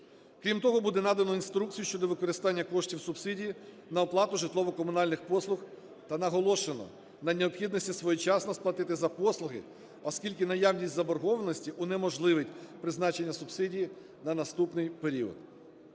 Крім того, буде надано інструкцію щодо використання коштів субсидій на оплату житлово-комунальних послуг та наголошено на необхідності своєчасно сплатити за послуги, оскільки наявність заборгованості унеможливить призначення субсидії на наступний період.